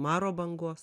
maro bangos